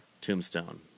Tombstone